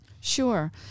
Sure